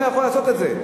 הוא לא יכול לעשות את זה.